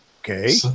okay